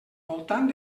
voltant